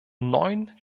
neun